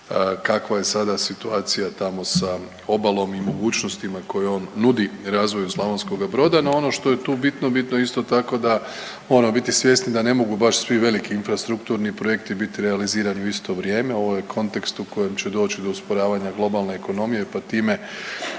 kakva je sada situacija tamo sa obalom i mogućnostima koje on nudi razvoju Slavonskoga Broda. No, ono što je tu bitno, bitno je isto tako da moramo biti svjesni da ne mogu baš svi veliki infrastrukturni projekti biti realizirani u isto vrijeme. Ovo je kontekst u kojem će doći do usporavanja globalne ekonomije, pa time